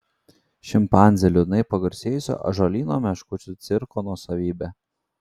šimpanzė liūdnai pagarsėjusio ąžuolyno meškučių cirko nuosavybė